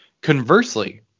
Conversely